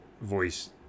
voice